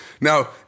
Now